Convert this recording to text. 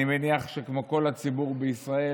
אני מניח שכמו כל הציבור בישראל,